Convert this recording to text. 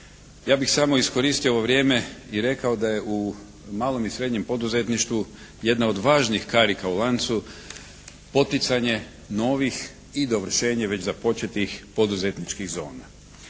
Ja bih samo iskoristio ovo vrijeme i rekao da je u malom i srednjem poduzetništvu jedna od važnih karika u lancu poticanje novih i dovršenje već započetih poduzetničkih zona.